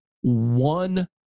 one